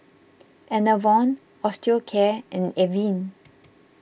Enervon Osteocare and Avene